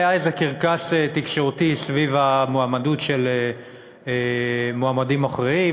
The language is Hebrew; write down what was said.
היה איזה קרקס תקשורתי סביב המועמדות של מועמדים אחרים: